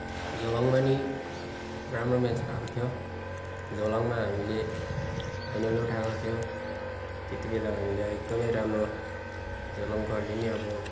झोलङमा नि राम्रो म्याच भएको थियो झोलङमा हामीले फाइनल उठाएको थियो त्यतिबेला हामीले एकदमै राम्रो झोलङकोहरूले नि अब